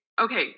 okay